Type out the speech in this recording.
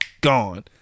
gone